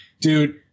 Dude